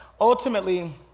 ultimately